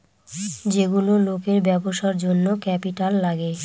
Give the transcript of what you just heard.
যেগুলো লোকের ব্যবসার জন্য ক্যাপিটাল লাগে